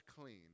clean